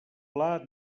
pla